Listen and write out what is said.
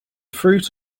fruit